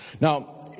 Now